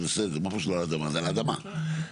זה על אדמה.